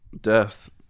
death